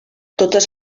totes